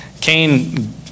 Cain